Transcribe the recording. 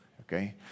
Okay